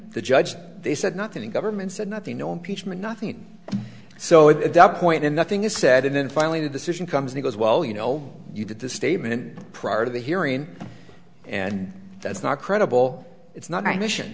the judge they said nothing government said nothing no impeachment nothing so it doesn't point in nothing is said and then finally the decision comes and goes well you know you did the statement prior to the hearing and that's not credible it's not my mission